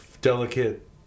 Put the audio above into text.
delicate